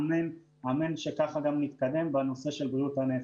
אמן שכך גם נתקדם בנושא של בריאות הנפש.